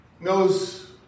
Knows